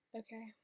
okay